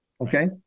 okay